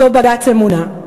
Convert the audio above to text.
באותו בג"ץ "אמונה",